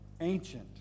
ancient